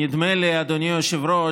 נדמה לי, אדוני היושב-ראש,